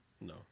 No